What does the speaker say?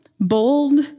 bold